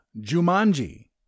Jumanji